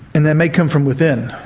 and that may come from within.